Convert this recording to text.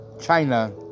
China